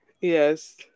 Yes